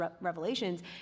revelations